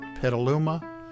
Petaluma